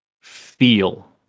feel